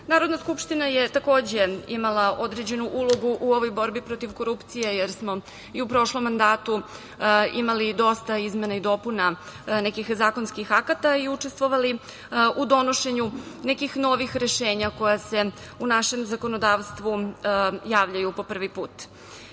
Narodna skupština je takođe imala određenu ulogu u ovoj borbi protiv korupcije jer smo i u prošlom mandatu imali dosta izmena i dopuna nekih zakonskih akata i učestvovali u donošenju nekih novih rešenja koja se u našem zakonodavstvu javljaju po prvi put. Kada